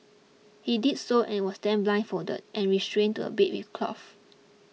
he did so and was then blindfolded and restrained to a bed with cloth